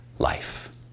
life